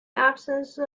absence